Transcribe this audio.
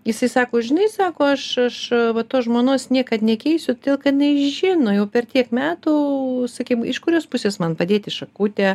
jisai sako žinai sako aš aš va tos žmonos niekad nekeisiu todėl kad jinai žino jau per tiek metų sakim iš kurios pusės man padėti šakutę